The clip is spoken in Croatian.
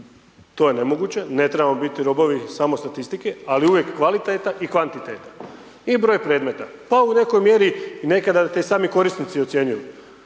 to je nemoguće, ne trebamo biti robovi samo statistike, ali uvijek kvaliteta i kvantiteta. I broj predmeta. Pa u nekoj mjeri nekada te sami korisnici ocjenjuju.